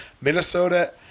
Minnesota